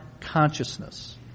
consciousness